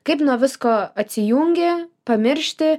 kaip nuo visko atsijungė pamiršti